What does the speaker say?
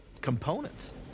components